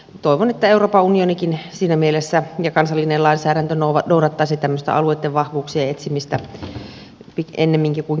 toivon että siinä mielessä euroopan unionikin ja kansallinen lainsäädäntö noudattaisivat alueitten vahvuuksien etsimistä ennemminkin kuin keskittämistä